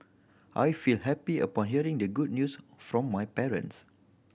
I felt happy upon hearing the good news from my parents